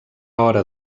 hora